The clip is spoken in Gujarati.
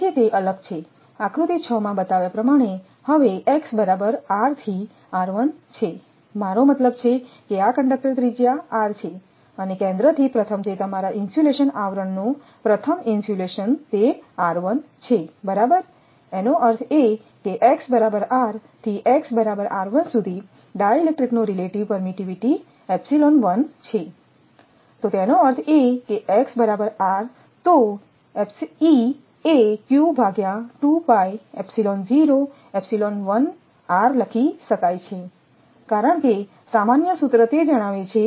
તેથી તે અલગ છે આકૃતિ 6 માં બતાવ્યા પ્રમાણે હવે x બરાબર r થી છે મારો મતલબ છે કે આ કંડક્ટર ત્રિજ્યા r છે અને કેન્દ્રથી પ્રથમ તે તમારા ઇન્સ્યુલેશન આવરણનો પ્રથમ ઇન્સ્યુલેશન તે છે બરાબર એનો અર્થ એ કે x r થી x સુધી ડાઇલેક્ટ્રિક નો રિલેટિવ પરમીટીવીટી છે તો તેનો અર્થ એ કે x બરાબર r તો E એ લખી શકાય છેકારણ કે સામાન્ય સૂત્ર તે જણાવે છે